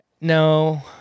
No